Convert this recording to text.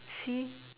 see